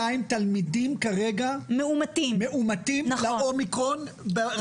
5,200 תלמידים כרגע מאומתים לאומיקרון.